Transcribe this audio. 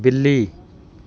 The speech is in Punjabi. ਬਿੱਲੀ